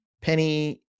Penny